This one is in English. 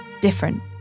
Different